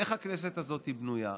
איך הכנסת הזאת בנויה,